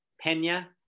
Pena